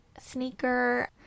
sneaker